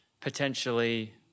potentially